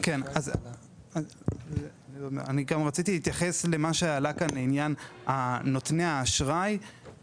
אני רציתי להתייחס לעניין נותני האשראי שעלה כאן.